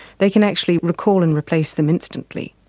they can actually recall and replace them instantly.